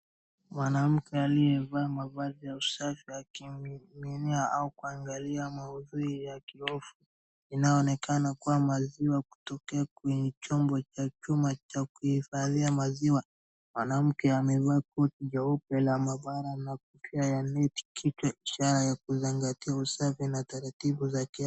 Mwanamke aliyevaa mavazi ya usafi akimiminia au kuangalia maudhui ya kiovu. Inaonekana kuwa maziwa kutokea kwenye chombo cha chuma cha kuhifadhia maziwa. Mwanamke amevaa koti jeupe la maabara na kofia ya neti kichwa ishara ya kuzingatia usafi na taratibu za kiafya.